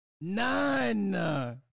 None